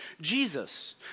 Jesus